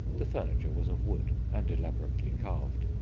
the furniture was of wood and elaborately carved.